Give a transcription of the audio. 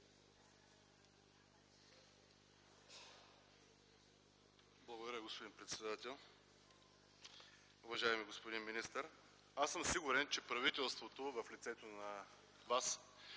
Благодаря, господин председател. Уважаеми господин министър, аз съм сигурен, че правителството във Ваше